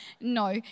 No